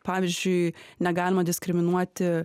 pavyzdžiui negalima diskriminuoti